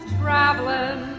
traveling